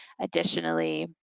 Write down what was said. Additionally